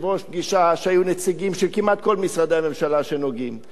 פגישה שהיו בה נציגים של כמעט כל משרדי הממשלה הנוגעים בדבר,